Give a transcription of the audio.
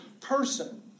person